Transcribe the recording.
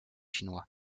chinois